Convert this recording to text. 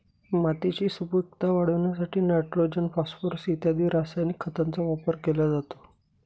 मातीची सुपीकता वाढवण्यासाठी नायट्रोजन, फॉस्फोरस इत्यादी रासायनिक खतांचा वापर केला जातो